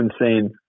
insane